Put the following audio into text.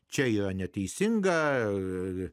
čia jo neteisingą ir